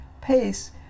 pace